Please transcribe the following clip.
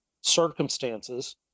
circumstances